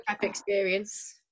experience